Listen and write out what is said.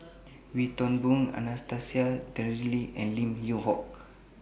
Wee Toon Boon Anastasia Tjendri Liew and Lim Yew Hock